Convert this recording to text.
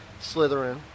Slytherin